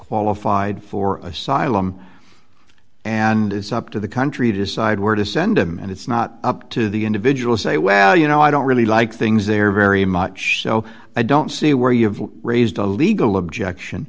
qualified for asylum and it's up to the country to decide where to send him and it's not up to the individual say well you know i don't really like things they're very much so i don't see where you have raised a legal objection